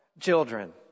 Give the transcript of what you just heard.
children